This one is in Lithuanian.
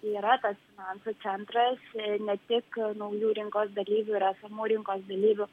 yra tas finansų centras ne tik naujų rinkos dalyvių ir esamų rinkos dalyvių